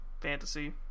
fantasy